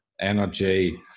energy